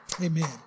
Amen